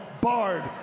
barred